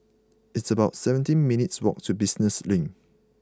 it's about seventeen minutes' walk to Business Link